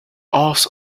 hours